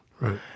Right